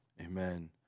Amen